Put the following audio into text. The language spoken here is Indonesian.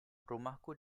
rumahku